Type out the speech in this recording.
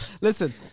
Listen